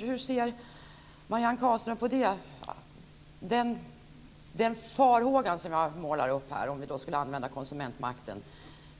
Hur ser Marianne Carlström på den farhågan i användandet av konsumentmakten,